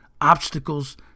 obstacles